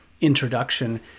introduction